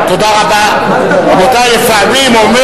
עכשיו זה השקת ספר?